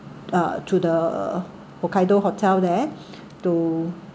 uh to the hokkaido hotel there to